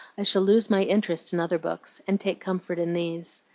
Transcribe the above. i shall lose my interest in other books, and take comfort in these.